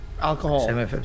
Alcohol